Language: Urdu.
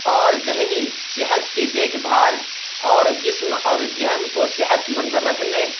اور ذہنی صحت کی دیکھ بھال اور جسم اور ذہن کو صحت مند رکھنے